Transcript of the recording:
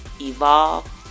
evolve